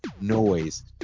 noise